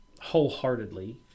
wholeheartedly